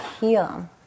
heal